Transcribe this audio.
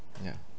ya